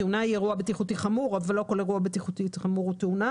תאונה היא אירוע בטיחותי חמור אבל לא כל אירוע בטיחותי חמור הוא תאונה.